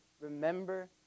remember